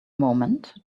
moment